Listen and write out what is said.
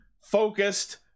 focused